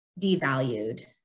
devalued